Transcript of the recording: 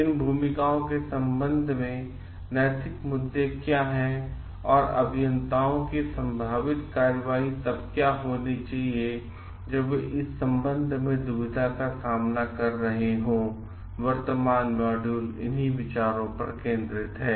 इन भूमिकाओं के संबंध में नैतिक मुद्दे क्या हैं और अभियंताओं की संभावित कार्रवाई तब क्या होनी चाहिए जब वे इस संबंध में दुविधा का सामना कर रहे हों वर्तमान मॉड्यूल इन्ही विचारों पर केंद्रित है